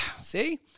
see